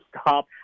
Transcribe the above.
stop